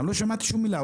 לא שמעתי שום מילה.